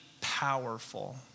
powerful